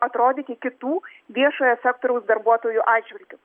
atrodyti kitų viešojo sektoriaus darbuotojų atžvilgiu